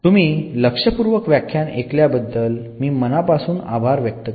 तुम्ही लक्षपूर्वक व्याख्यान ऐकल्याबद्दल मी मनापासून आभार व्यक्त करतो